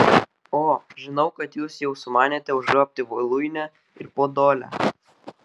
o žinau kad jūs jau sumanėte užgrobti voluinę ir podolę